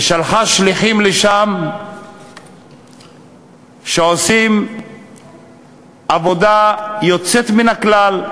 ושלחה לשם שליחים שעושים עבודה יוצאת מן הכלל,